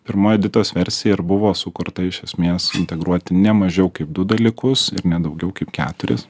pirma editos versija ir buvo sukurta iš esmės integruoti ne mažiau kaip du dalykus ir ne daugiau kaip keturis